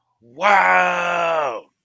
Wow